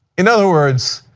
in other words,